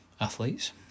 athletes